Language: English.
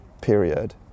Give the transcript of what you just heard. period